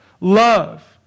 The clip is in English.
love